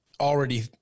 already